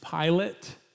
Pilate